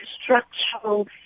structural